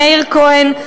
מאיר כהן,